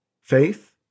Faith